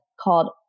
called